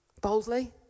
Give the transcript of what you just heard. Boldly